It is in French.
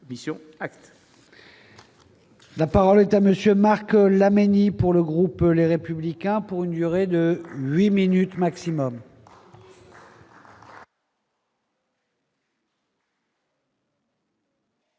mission acte. La parole est à monsieur Marc Laménie pour le groupe, les républicains pour une durée de 8 minutes maximum.